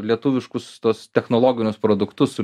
lietuviškus tuos technologinius produktus su